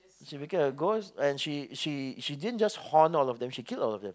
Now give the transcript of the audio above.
she became a ghost and she she she didn't just haunt all of them she killed all of them